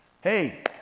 Hey